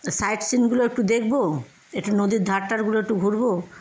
site সিইংগুলো একটু দেখব একটু নদীর ধার টারগুলো একটু ঘুরব